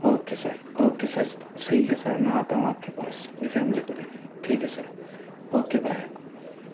okay sir okay sir ٹھیک ہے sir میں آتا ہوں آپ کے پاس اپنی فیملی کو لے کے ٹھیک ہے سر اوکے بائے